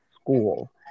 school